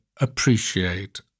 appreciate